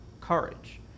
courage